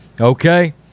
Okay